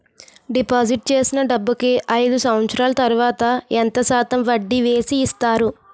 Deposit చేసిన డబ్బుకి అయిదు సంవత్సరాల తర్వాత ఎంత శాతం వడ్డీ వేసి ఇస్తారు?